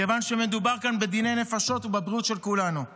מכיוון שמדובר כאן בדיני נפשות ובבריאות של כולנו.